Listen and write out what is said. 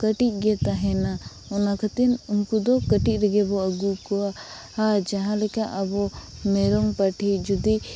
ᱠᱟᱹᱴᱤᱡ ᱜᱮ ᱛᱟᱦᱮᱱᱟ ᱚᱱᱟᱠᱷᱟᱹᱛᱤᱨ ᱩᱱᱠᱩ ᱫᱚ ᱠᱟᱹᱴᱤᱡ ᱨᱮᱜᱮᱵᱚ ᱟᱹᱜᱩ ᱠᱚᱣᱟ ᱟᱨ ᱡᱟᱦᱟᱸ ᱞᱮᱠᱟ ᱟᱵᱚ ᱢᱮᱨᱚᱢ ᱯᱟᱹᱴᱷᱤ ᱡᱩᱫᱤ